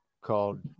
called